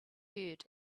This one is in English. herd